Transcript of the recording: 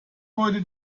heute